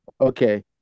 Okay